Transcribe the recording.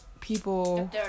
people